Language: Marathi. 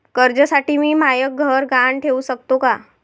कर्जसाठी मी म्हाय घर गहान ठेवू सकतो का